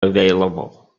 available